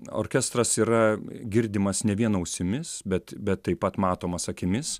orkestras yra girdimas ne vien ausimis bet bet taip pat matomas akimis